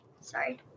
sorry